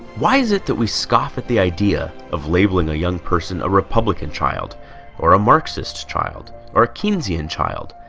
why is it that we scoff at the idea of labeling a young person a republican child or a marxists child or a keynesian child?